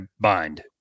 bind